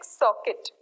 socket